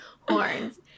horns